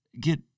get